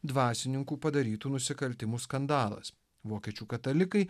dvasininkų padarytų nusikaltimų skandalas vokiečių katalikai